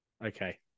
Okay